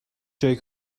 جایی